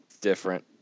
different